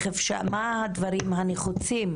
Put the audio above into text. מה הדברים הנחוצים,